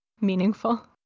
Meaningful